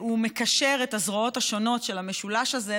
הוא מקשר את הזרועות השונות של המשולש הזה,